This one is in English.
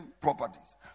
properties